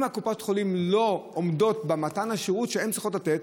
אם קופות החולים לא עומדות במתן השירות שהן צריכות לתת,